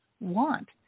want